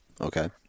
Okay